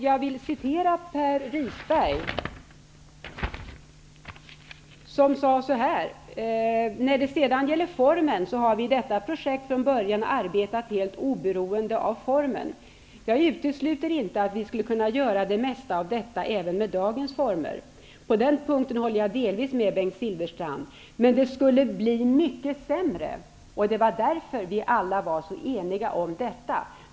Jag vill i det här sammanhanget referera till Per Risberg, som sade: Vi har i detta projekt från början arbetat helt oberoende av formen. Jag utesluter inte att vi skulle kunna göra det mesta av detta även med dagens former. På den punkten håller jag delvis med Bengt Silfverstrand, men det skulle bli mycket sämre, och det var därför vi alla var så eniga om detta.